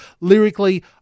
Lyrically